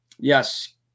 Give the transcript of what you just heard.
Yes